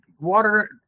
water